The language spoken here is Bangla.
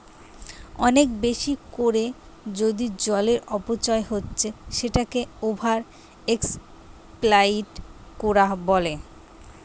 অনেক বেশি কোরে যদি জলের অপচয় হচ্ছে সেটাকে ওভার এক্সপ্লইট কোরা বলে